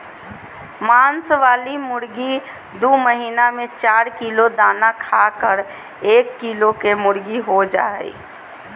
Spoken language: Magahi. मांस वाली मुर्गी दू महीना में चार किलो दाना खाकर एक किलो केमुर्गीहो जा हइ